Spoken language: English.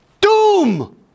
Doom